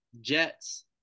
Jets